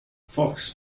fox